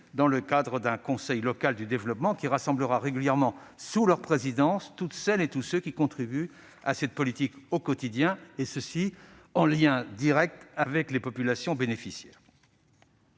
dans le cadre d'un conseil local du développement qui rassemblera régulièrement, sous leur présidence, toutes celles et tous ceux qui contribuent à cette politique au quotidien, en lien direct avec les populations bénéficiaires.